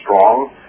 strong